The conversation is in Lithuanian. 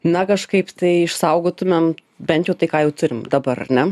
na kažkaip tai išsaugotumėm bent jau tai ką jau turim dabar ar ne